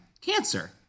cancer